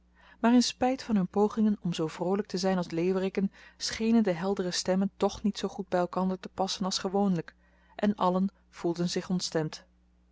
in spijt van hun pogingen om zoo vroolijk te zijn als leeuwerikken schenen de heldere stemmen toch niet zoo goed bij elkander te passen als gewoonlijk en allen voelden zich ontstemd